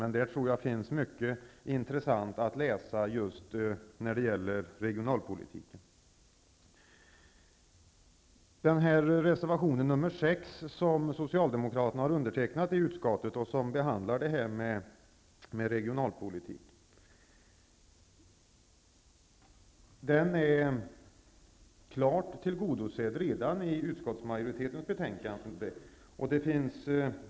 Men jag tror att det där finns mycket intressant att läsa när det gäller just regionalpolitiken. Reservation 6, som socialdemokraterna har avgivit i utskottet och som behandlar regionalpolitik, är klart tillgodosedd redan i utskottsmajoritetens betänkande.